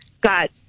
got